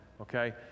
okay